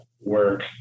work